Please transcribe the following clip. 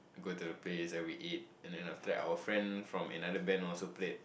go to the place that we eat and then after that our friends from another band also played